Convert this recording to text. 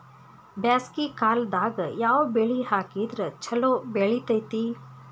ಬ್ಯಾಸಗಿ ಕಾಲದಾಗ ಯಾವ ಬೆಳಿ ಹಾಕಿದ್ರ ಛಲೋ ಬೆಳಿತೇತಿ?